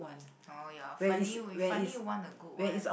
oh your finally we finally won a good one